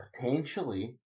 potentially